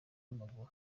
w’amaguru